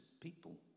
people